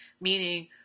meaning